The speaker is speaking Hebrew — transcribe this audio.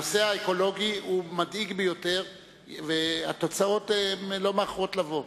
הנושא האקולוגי מדאיג ביותר והתוצאות לא מאחרות לבוא.